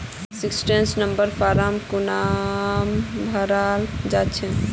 Sixteen number form कुंसम भराल जाछे?